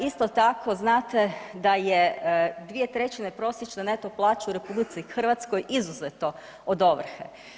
Isto tako, znate da je 2/3 prosječne neto plaće u RH izuzeto od ovrhe.